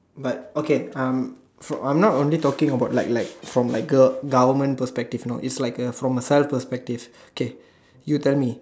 but okay um for I'm not only talking about like like from like gov~ government perspective you know it's like a from self perspective okay you tell me